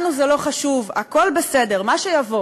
לנו זה לא חשוב, הכול בסדר, מה שיבוא.